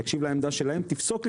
תקשיב לעמדה שלהם תפסוק,